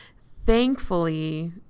Thankfully